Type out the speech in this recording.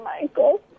Michael